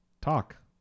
talk